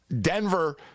Denver